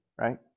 right